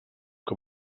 que